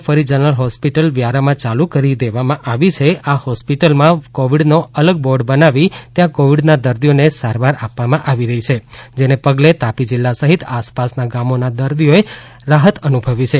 જે તમામ સેવાઓ ફરી જનરલ હોસ્પિટલ વ્યારામાં ચાલુ કરી દેવામાં આવી છે આ સિવિલ હોસ્પિટલમાં કોવિડનો અલગ વોર્ડ બનાવી ત્યાં કોવિડના દર્દીઓને સારવાર આપવામાં આવી રહી છે જેને પગલે તાપી જિલ્લા સહિત આસપાસના ગામોના દર્દીઓએ રાહત અનુભવી છે